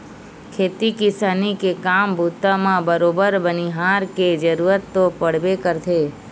खेती किसानी के काम बूता म बरोबर बनिहार के जरुरत तो पड़बे करथे